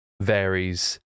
varies